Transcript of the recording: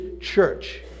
church